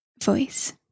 voice